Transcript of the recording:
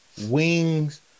wings